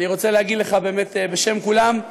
אני רוצה להגיד לך בשם כולם: